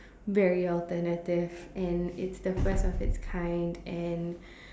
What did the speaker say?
very alternative and it's the first of its kind and